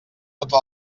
tota